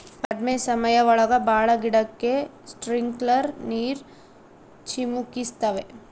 ಕಡ್ಮೆ ಸಮಯ ಒಳಗ ಭಾಳ ಗಿಡಕ್ಕೆ ಸ್ಪ್ರಿಂಕ್ಲರ್ ನೀರ್ ಚಿಮುಕಿಸ್ತವೆ